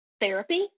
therapy